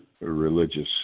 religious